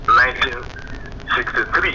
1963